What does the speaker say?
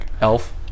Elf